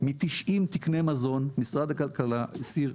מ-90 תקני מזון, משרד הכלכלה הסיר.